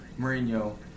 Mourinho